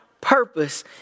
purpose